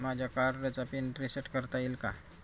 माझ्या कार्डचा pin reset करता येईल का?